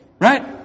Right